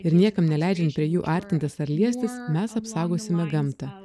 ir niekam neleidžiant prie jų artintis ar liestis mes apsaugosime gamtą